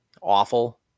awful